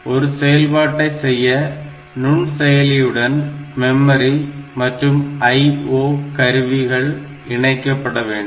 ஒரு செயல்பாட்டை செய்ய நுண்செயலியுடன் மெமரி மற்றும் IO கருவிகள் இணைக்கப்பட வேண்டும்